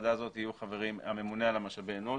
שבוועדה הזו יהיו חברים הממונה על משאבי האנוש,